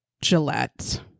gillette